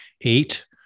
eight